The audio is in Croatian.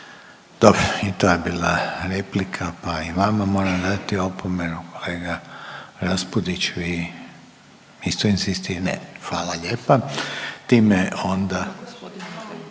Dobro i to je bila replika pa i vama moram dati opomenu. Kolega Raspudić vi isto inzistirate? Ne. Hvala lijepa. Time onda.